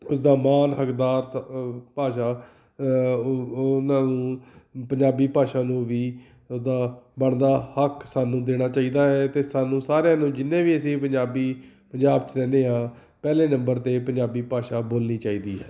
ਉਸਦਾ ਮਾਣ ਹੱਕਦਾਰ ਸ ਭਾਸ਼ਾ ਉਹ ਉਹਨਾਂ ਨੂੰ ਪੰਜਾਬੀ ਭਾਸ਼ਾ ਨੂੰ ਵੀ ਉਹਦਾ ਬਣਦਾ ਹੱਕ ਸਾਨੂੰ ਦੇਣਾ ਚਾਹੀਦਾ ਹੈ ਅਤੇ ਸਾਨੂੰ ਸਾਰਿਆਂ ਨੂੰ ਜਿੰਨੇ ਵੀ ਅਸੀਂ ਪੰਜਾਬੀ ਪੰਜਾਬ 'ਚ ਰਹਿੰਦੇ ਹਾਂ ਪਹਿਲੇ ਨੰਬਰ 'ਤੇ ਪੰਜਾਬੀ ਭਾਸ਼ਾ ਬੋਲਣੀ ਚਾਹੀਦੀ ਹੈ